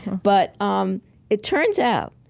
but um it turns out,